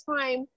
time